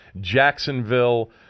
Jacksonville